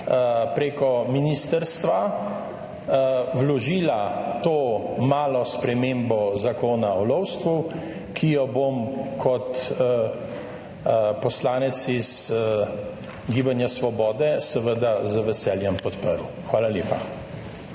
preko ministrstva vložila to malo spremembo Zakona o lovstvu, ki jo bom kot poslanec iz Gibanja svobode seveda z veseljem podprl. Hvala lepa.